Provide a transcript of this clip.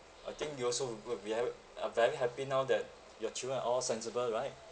I think you also would b~ be ~ ery uh very happy now that your children all sensible right